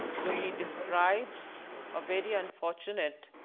so he describes a very unfortunate